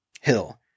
Hill